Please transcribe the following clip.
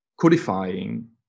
codifying